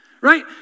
right